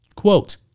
Quote